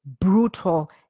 brutal